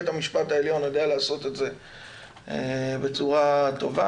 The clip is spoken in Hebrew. בית המשפט העליון יודע לעשות את זה בצורה טובה,